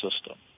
system